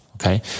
Okay